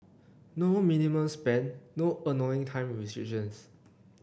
no minimum spend no annoying time restrictions